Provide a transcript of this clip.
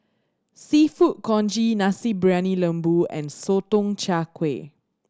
Seafood Congee Nasi Briyani Lembu and Sotong Char Kway